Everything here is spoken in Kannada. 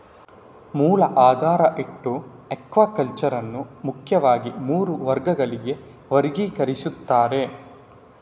ಮೂಲ ಆಧಾರ ಇಟ್ಟು ಅಕ್ವಾಕಲ್ಚರ್ ಅನ್ನು ಮುಖ್ಯವಾಗಿ ಮೂರು ವರ್ಗಗಳಾಗಿ ವರ್ಗೀಕರಿಸ್ತಾರೆ